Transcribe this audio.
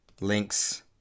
links